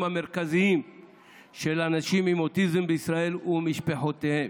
המרכזיים של אנשים עם אוטיזם בישראל ומשפחותיהם.